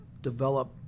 develop